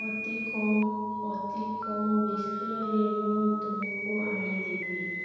ଅତି କମ ଅତି କମ ବିଷୟରେ ମୁଁ ତୁମକୁ ଆଣିଦେବି